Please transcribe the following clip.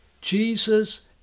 Jesus